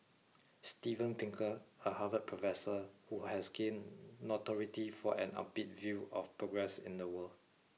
Steven Pinker a Harvard professor who has gained notoriety for an upbeat view of progress in the world